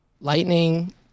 Lightning